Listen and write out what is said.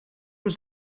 was